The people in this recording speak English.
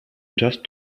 just